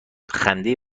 خنده